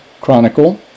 Chronicle